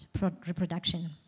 reproduction